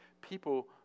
people